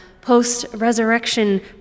post-resurrection